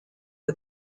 the